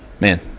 man